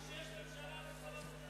אני חשבתי שיש ממשלה לכל מדינת ישראל.